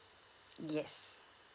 yes